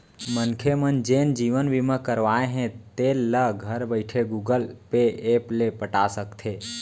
मनखे मन जेन जीवन बीमा करवाए हें तेल ल घर बइठे गुगल पे ऐप ले पटा सकथे